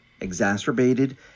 exacerbated